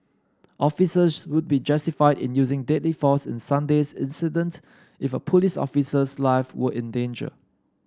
officers would be justified in using deadly force in Sunday's incident if a police officer's life were in danger